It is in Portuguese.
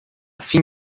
fim